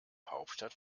hauptstadt